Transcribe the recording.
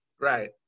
Right